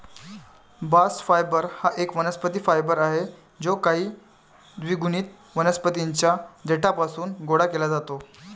bast fibre हा एक वनस्पती फायबर आहे जो काही द्विगुणित वनस्पतीं च्या देठापासून गोळा केला जातो